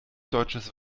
deutsches